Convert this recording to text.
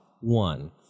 One